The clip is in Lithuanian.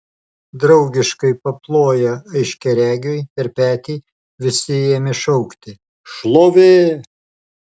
draugiškai paploję aiškiaregiui per petį visi ėmė šaukti šlovė